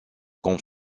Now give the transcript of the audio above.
comme